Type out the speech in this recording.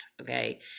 Okay